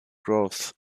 growth